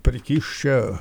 prikišt čia